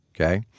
Okay